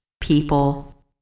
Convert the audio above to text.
People